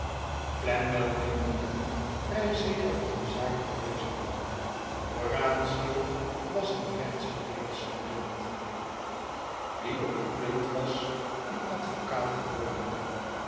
flamwell meende nu vrij zeker van de zaak te wezen horatio was een rechtsgeleerd student die op het punt was om advocaat te worden